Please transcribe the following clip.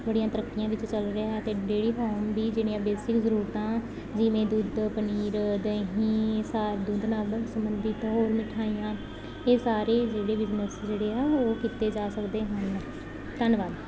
ਬੜੀਆਂ ਤਰੱਕੀਆਂ ਵਿਚ ਚੱਲ ਰਿਹਾ ਆ ਅਤੇ ਡੇਅਰੀ ਫਾਰਮ ਦੀ ਜਿਹੜੀਆਂ ਬੇਸਿਕ ਜ਼ਰੂਰਤਾਂ ਜਿਵੇਂ ਦੁੱਧ ਪਨੀਰ ਦਹੀ ਸਾਰ ਦੁੱਧ ਨਾਲ ਸਬੰਧਿਤ ਹੋਰ ਮਿਠਾਈਆਂ ਇਹ ਸਾਰੇ ਜਿਹੜੇ ਬਿਜਨਸ ਜਿਹੜੇ ਆ ਉਹ ਕੀਤੇ ਜਾ ਸਕਦੇ ਹਨ ਧੰਨਵਾਦ